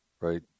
Right